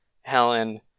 Helen